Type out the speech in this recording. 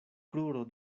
kruro